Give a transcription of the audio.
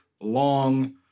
long